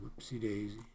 Whoopsie-daisy